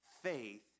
faith